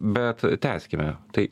bet tęskime tai